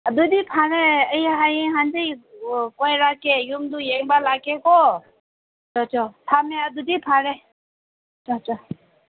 ꯑꯗꯨꯗꯤ ꯐꯔꯦ ꯑꯩ ꯍꯌꯦꯡ ꯍꯪꯆꯤꯠ ꯀꯣꯏꯔꯛꯀꯦ ꯌꯨꯝꯗꯨ ꯌꯦꯡꯕ ꯂꯥꯛꯀꯦꯀꯣ ꯆꯣꯆꯣ ꯊꯝꯃꯦ ꯑꯗꯨꯗꯤ ꯐꯔꯦ ꯆꯣꯆꯣ